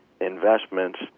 investments